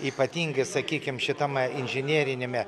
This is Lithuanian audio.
ypatingai sakykim šitame inžineriniame